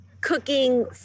Cooking